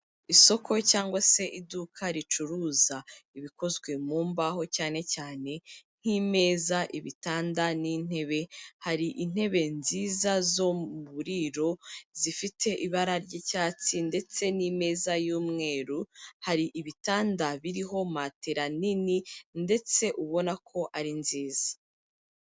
Isoko cyangwa se iduka ricuruza ibikozwe mu mbaho cyane cyane nk'imeza, ibitanda n'intebe. Hari intebe nziza zo mu buriro zifite ibara ry'icyatsi ndetse n'imeza y'umweru, hari ibitanda biriho matera nini ndetse ubona ko ari nziza.